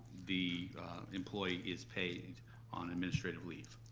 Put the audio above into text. the employee is paid on administrative leave,